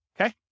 Okay